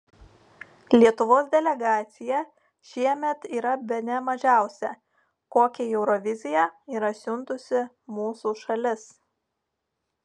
lietuvos delegacija šiemet yra bene mažiausia kokią į euroviziją yra siuntusi mūsų šalis